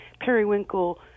periwinkle